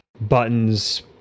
buttons